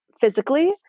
physically